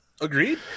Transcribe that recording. Agreed